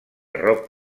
rock